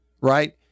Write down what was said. Right